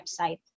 website